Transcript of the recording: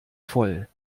voll